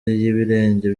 y’ibirenge